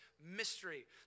mystery